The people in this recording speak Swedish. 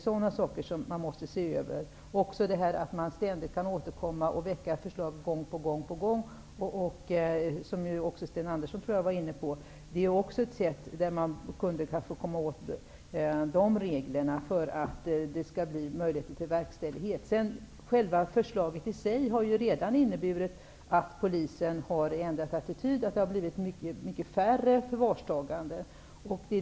Sten Andersson i Malmö var inne på att man kan återkomma med ansökan gång på gång. De reglerna bör man komma åt, för att verkställighet skall vara möjlig. Förslaget i sig har inneburit att Polisen har ändrat attityd. Det har blivit färre fall av förvarstagande.